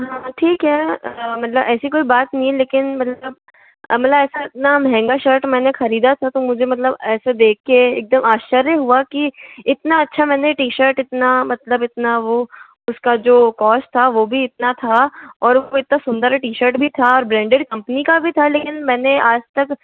ठीक है मतलब ऐसी कोई बात नहीं है लेकिन मतलब मतलब ऐसा इतना महंगा शर्ट मैंने खरीदा था तो मुझे मतलब ऐसे देख कर एकदम आश्चर्य हुआ की इतना अच्छा मैने टी शर्ट इतना मतलब मतलब इतना वो उसका जो कॉस्ट था वो भी इतना था और वह इतना सुंदर टी शर्ट भी था ब्रांडेड कंपनी का भी था लेकिन मैंने आज तक